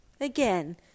again